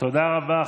תודה רבה.